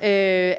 der